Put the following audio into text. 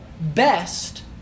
best